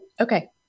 Okay